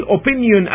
opinion